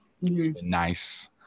nice